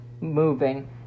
moving